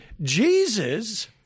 Jesus